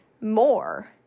more